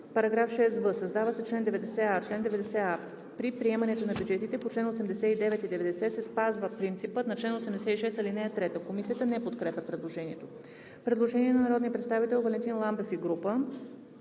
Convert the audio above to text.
се § 6в: „Създава се чл. 90а: „Чл. 90а. При приемането на бюджетите по чл. 89 и 90 се спазва принципът на чл. 86, ал. 3.“ Комисията не подкрепя предложението. Предложение на народния представител Валентин Ламбев и група